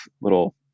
little